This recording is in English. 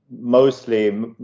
mostly